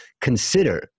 consider